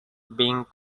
being